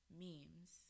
memes